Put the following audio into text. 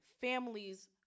families